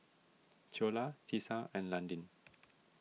Ceola Tisa and Landin